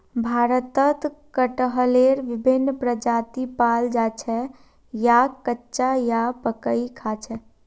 भारतत कटहलेर विभिन्न प्रजाति पाल जा छेक याक कच्चा या पकइ खा छेक